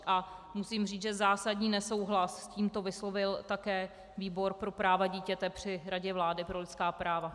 A musím říct, že zásadní nesouhlas s tímto vyslovil také výbor pro práva dítěte při Radě vlády pro lidská práva.